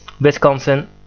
Wisconsin